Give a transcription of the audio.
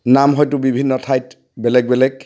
নাম হয়তো বিভিন্ন ঠাইত বেলেগ বেলেগ